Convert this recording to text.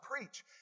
preach